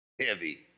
Heavy